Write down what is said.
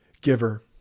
giver